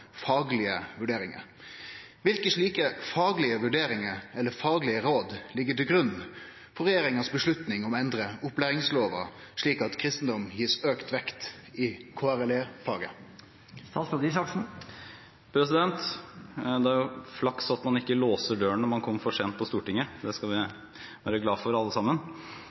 faglige vurderinger. Hvilke slike faglige vurderinger eller faglige råd ligger til grunn for regjeringens beslutning om å endre opplæringslova, slik at kristendommen gis økt vekt i RLE-faget?» Det er jo flaks at man ikke låser døren når man kommer for sent på Stortinget. Det skal vi være glad for alle sammen.